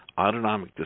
autonomic